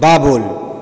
बाबुल